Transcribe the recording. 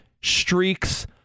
streaks